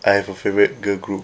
I have a favourite girl group